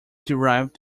derived